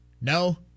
No